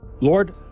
Lord